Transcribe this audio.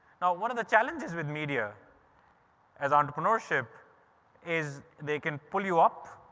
now one of the challenges with media as entrepreneurship is, they can pull you up,